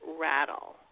rattle